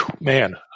Man